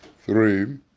Three